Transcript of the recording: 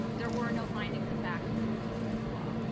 there were no finings of fact and conclusions of law.